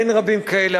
אין רבים כאלה,